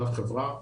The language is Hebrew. לאף חברה.